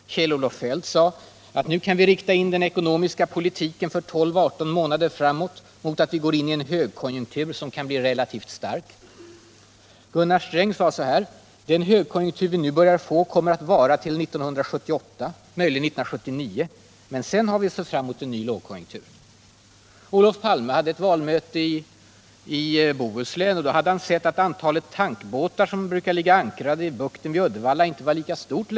Kjell-Olof Feldt sade, att nu kan ”vi rikta in den ekonomiska politiken för 12-18 månader framåt mot att vi går in i en högkonjunktur som kan bli relativt stark”. Gunnar Sträng sade: ”Den högkonjunktur vi nu börjar få kommer att vara till 1978, möjligen 1979, men sedan har vi att se fram mot en ny lågkonjunktur.” Olof Palme hade ett valmöte i Bohuslän. Då hade han sett att antalet tankbåtar som brukar ligga ankrade i bukten vid Uddevalla inte längre var lika stort.